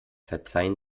verzeihen